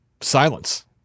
Silence